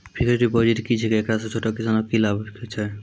Fixed deposit की छिकै, एकरा से छोटो किसानों के की लाभ छै?